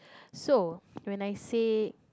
so when I say